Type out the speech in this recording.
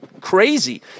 crazy